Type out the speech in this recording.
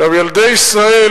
ילדי ישראל